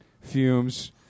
fumes